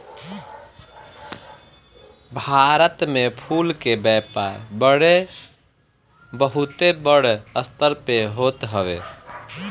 भारत में फूल के व्यापार बहुते बड़ स्तर पे होत हवे